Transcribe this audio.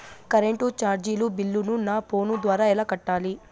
Current చార్జీల బిల్లును, నా ఫోను ద్వారా ఎలా కట్టాలి?